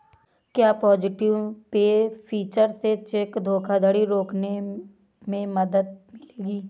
क्या positive pay feature से cheque धोखाधड़ी रोकने में मदद मिलेगी?